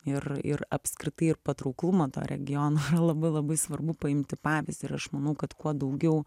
ir ir apskritai ir patrauklumą tą regiono yra labai labai svarbu paimti pavyzdį ir aš manau kad kuo daugiau